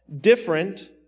different